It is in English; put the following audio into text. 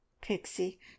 pixie